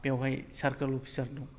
बेयावहाय सार्कोल अफिसार दं